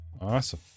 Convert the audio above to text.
Awesome